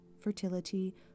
fertility